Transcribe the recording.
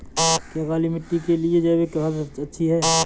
क्या काली मिट्टी के लिए जैविक खाद अच्छी है?